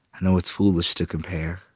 i know it's foolish to compare.